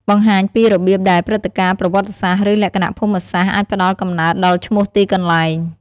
បង្ហាញពីរបៀបដែលព្រឹត្តិការណ៍ប្រវត្តិសាស្ត្រ ឬលក្ខណៈភូមិសាស្ត្រអាចផ្តល់កំណើតដល់ឈ្មោះទីកន្លែង។